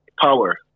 power